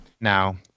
now